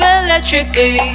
electrically